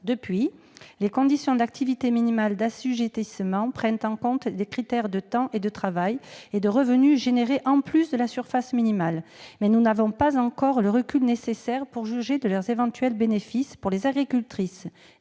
Depuis lors, les conditions d'activité minimale d'assujettissement prennent en compte des critères de temps de travail et de revenus générés en plus de la surface minimale. Toutefois, nous n'avons pas encore le recul nécessaire pour juger de leurs éventuels effets bénéfiques pour les agricultrices.